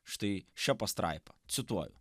štai šia pastraipa cituoju